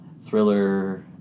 thriller